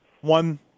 one